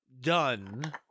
done